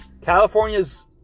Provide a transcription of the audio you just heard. California's